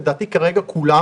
לדעתי כרגע כולם